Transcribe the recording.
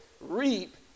reap